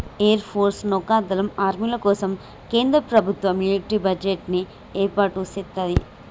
air force, నౌకా దళం, ఆర్మీల కోసం కేంద్ర ప్రభుత్వం మిలిటరీ బడ్జెట్ ని ఏర్పాటు సేత్తది